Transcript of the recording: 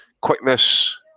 Quickness